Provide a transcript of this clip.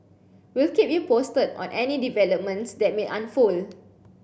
we'll keep you posted on any developments that may unfold